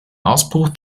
ausbruch